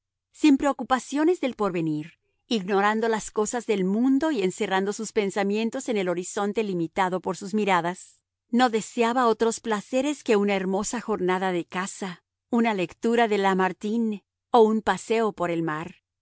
sin preocupaciones del porvenir ignorando las cosas del mundo y encerrando sus pensamientos en el horizonte limitado por sus miradas no deseaba otros placeres que una hermosa jornada de caza una lectura de lamartine o un paseo por el mar